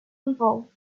involved